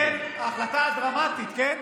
החלטה דרמטית, כן?